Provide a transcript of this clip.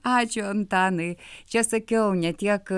ačiū antanai čia sakiau ne tiek